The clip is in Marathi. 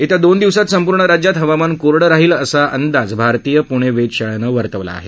येत्या दोन दिवसात संपूर्ण राज्यात हवामान कोरडं राहिल असा अंदाज भारतीय पुणे वेध शाळेनं वर्तवला आहे